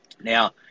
Now